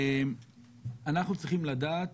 אנחנו צריכים לדעת